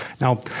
Now